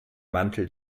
mantel